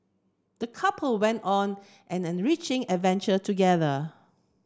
the couple went on an enriching adventure together